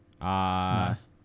Nice